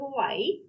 Hawaii